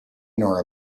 nor